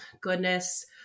goodness